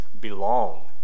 belong